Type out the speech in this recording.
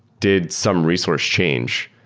did some resource change?